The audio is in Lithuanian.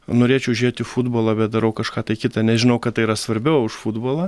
norėčiau žiūrėti futbolą bet darau kažką tai kita nes nežinau kad tai yra svarbiau už futbolą